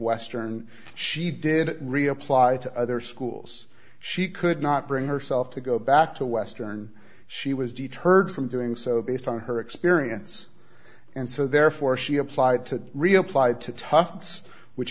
western she did reapply to other schools she could not bring herself to go back to western she was deterred from doing so based on her experience and so therefore she applied to reapply to tufts which